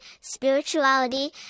spirituality